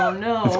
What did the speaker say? um no,